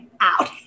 out